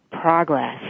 progress